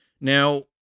Now